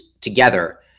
together